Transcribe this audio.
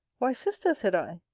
why, sister, said i,